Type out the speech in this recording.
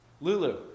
Lulu